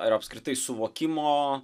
ar apskritai suvokimo